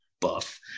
buff